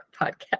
podcast